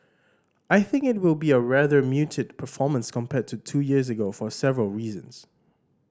I think it will be a rather muted performance compared to two years ago for several reasons